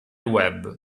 web